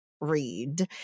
read